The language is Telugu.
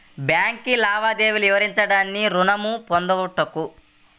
బ్యాంకు లావాదేవీలు వివరించండి ఋణము పొందుటకు?